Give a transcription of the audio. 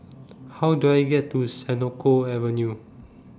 How Do I get to Senoko Avenue